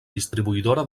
distribuïdora